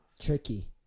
Tricky